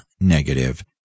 negative